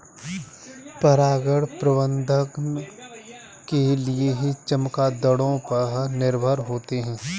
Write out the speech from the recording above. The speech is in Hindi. परागण प्रबंधन के लिए चमगादड़ों पर निर्भर होते है